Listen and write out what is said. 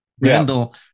Randall